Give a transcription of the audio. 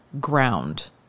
ground